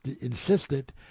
insisted